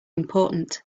important